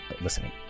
listening